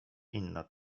inna